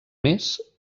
més